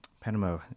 Panama